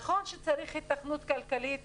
נכון שצריך היתכנות כלכלית